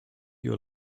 your